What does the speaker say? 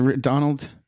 Donald